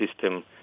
system